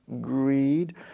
Greed